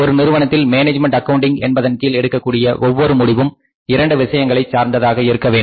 ஒரு நிறுவனத்தில் management accounting என்பதன் கீழ் எடுக்கக் கூடிய ஒவ்வொரு முடிவும் இரண்டு விஷயங்களை சார்ந்ததாக இருக்கவேண்டும்